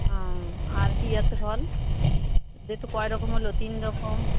হুম আর কি আছে ফল দিয়ে তো কয় রকম হল তিন রকম